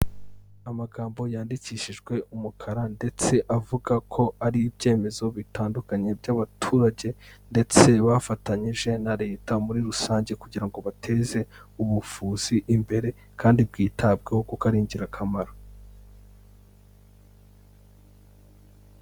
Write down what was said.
Amagambo yandikishijwe umukara ndetse avuga ko ari ibyemezo bitandukanye by'abaturage, ndetse bafatanyije na Leta muri rusange kugira ngo bateze ubuvuzi imbere, kandi bwitabweho kuko ari ingirakamaro.